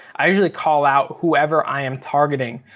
i usually call out whoever i am targeting.